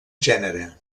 genere